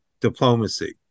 diplomacy